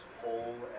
whole